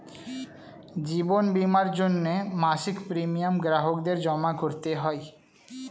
জীবন বীমার জন্যে মাসিক প্রিমিয়াম গ্রাহকদের জমা করতে হয়